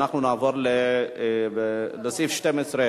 אנחנו נעבור לסעיף 12,